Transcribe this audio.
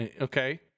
okay